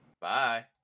Bye